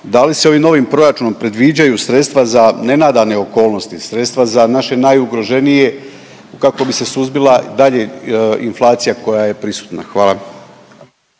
da li se ovim novim proračunom predviđaju sredstva za nenadane okolnosti, sredstva za naše najugroženije kako bi se suzbila dalje inflacija koja je prisutna? Hvala.